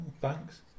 thanks